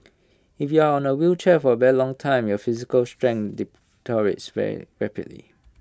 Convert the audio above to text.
if you are on A wheelchair for A very long time your physical strength deteriorates very rapidly